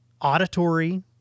auditory